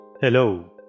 Hello